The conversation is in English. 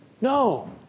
no